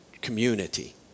community